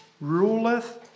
ruleth